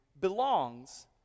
belongs